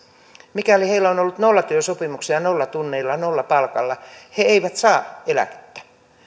mikäli heillä on ollut nollatyösopimuksia nollatunneilla ja nollapalkalla he eivät saa eläkettä